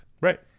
Right